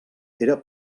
era